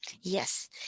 Yes